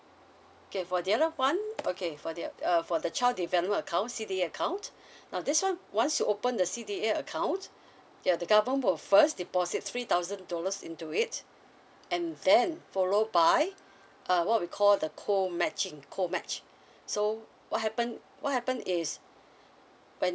okay for the other one okay for the uh for the child development account C_D_A account now this one once you open the C_D_A account ya the government will first deposit three thousand dollars into it and then follow by a what we call the co matching co match so what happen what happen is when